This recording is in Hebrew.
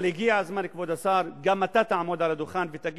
אבל הגיע הזמן, כבוד השר, שגם אתה תעמוד ותגיד